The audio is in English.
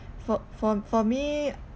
for for for me